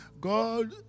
God